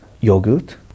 yogurt